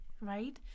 Right